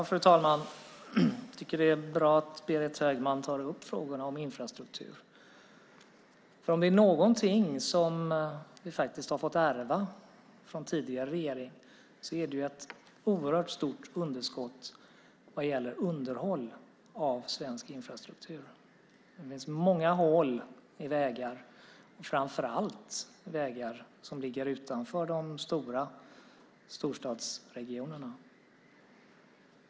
Fru talman! Jag tycker att det är bra att Berit Högman tar upp frågan om infrastruktur, för om det är någonting som vi faktiskt har fått ärva från tidigare regering så är det ett oerhört stort underskott vad gäller underhåll av svensk infrastruktur. Det finns många hål i vägar, framför allt i vägar som ligger utanför storstadsregionerna.